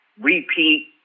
Repeat